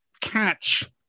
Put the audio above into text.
catch